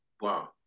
wow